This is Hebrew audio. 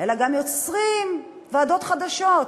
אלא גם יוצרים ועדות חדשות,